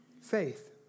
faith